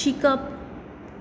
शिकप